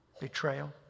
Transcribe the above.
Betrayal